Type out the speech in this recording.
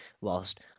whilst